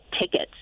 tickets